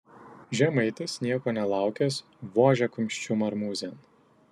žemaitis nieko nelaukęs vožia kumščiu marmūzėn